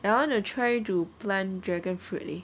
I want to try to plant dragon fruit eh